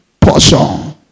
portion